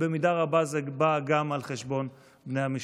ובמידה רבה זה בא גם על חשבון בני המשפחה.